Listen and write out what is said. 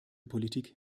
politik